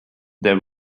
there